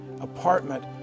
apartment